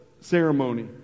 ceremony